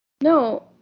no